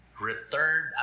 returned